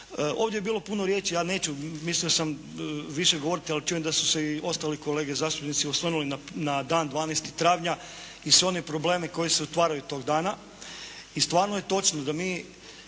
Ovdje je bilo puno riječi, ja neću, mislio sam više govoriti, ali čujem da su se i ostali kolege zastupnici osvrnuli na dan 12. travnja i sve one probleme koji se otvaraju tog dana i stvarno je točno da mi 7.